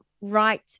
right